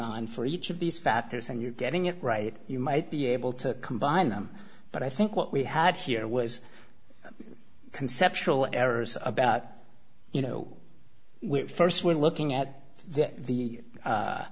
on for each of these factors and you're getting it right you might be able to combine them but i think what we had here was a conceptual errors about you know we st were looking at the